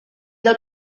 del